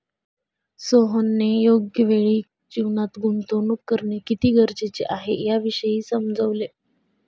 सोहनने योग्य वेळी जीवनात गुंतवणूक करणे किती गरजेचे आहे, याविषयी समजवले